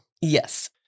Yes